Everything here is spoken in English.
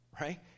right